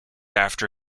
after